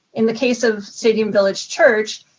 in the case of stadium village church,